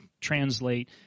translate